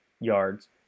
yards